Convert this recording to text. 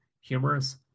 humorous